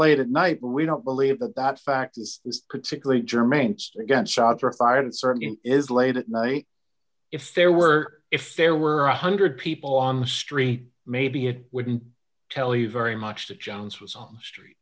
late at night but we don't believe that that fact is particularly jermaine's against shots were fired it certainly is late at night if there were if there were one hundred people on the street maybe it wouldn't tell you very much that jones was on the street